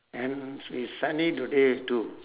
and s~ it's sunny today too